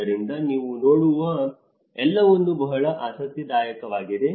ಆದ್ದರಿಂದ ನೀವು ನೋಡುವ ಎಲ್ಲವನ್ನೂ ಬಹಳ ಆಸಕ್ತಿದಾಯಕವಾಗಿದೆ